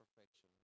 perfection